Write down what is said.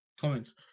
comments